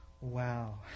wow